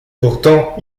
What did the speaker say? pourtant